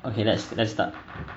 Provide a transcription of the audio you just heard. okay let's let's start